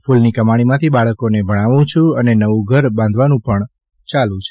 ફૂલની કમાણીમાંથી બાળકોને ભણાવું છૂં અને નવું ઘર બાંધવાનું પણ ચાલુ છે